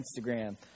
Instagram